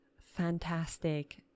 fantastic